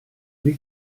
wedi